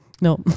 No